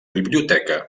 biblioteca